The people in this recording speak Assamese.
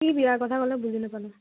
কি বিয়াৰ কথা ক'লে বুজি নাপালোঁ